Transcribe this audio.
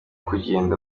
kugenda